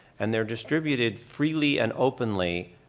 and they're distributed freely and openly.